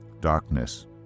Darkness